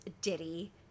ditty